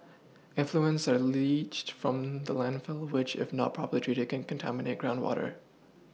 effluents are leached from the landfill which if not properly treated can contaminate groundwater